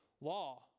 law